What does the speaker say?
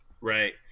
Right